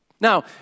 Now